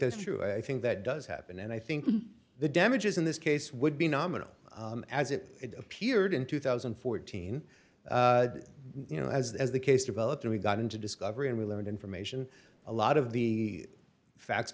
there's true i think that does happen and i think the damages in this case would be nominal as it appeared in two thousand and fourteen you know as as the case developed or we got into discovery and we learned information a lot of the facts